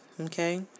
Okay